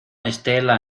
estela